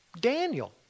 Daniel